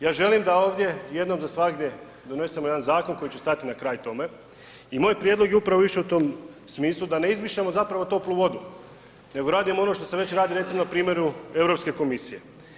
Ja želim da ovdje jednog za svagda donesemo jedan zakon koji će stati na kraj tome i moj prijedlog je upravo išao u tom smislu da ne izmišljamo zapravo toplu vodu nego da radimo ono što se već radi, recimo na primjeru EU komisije.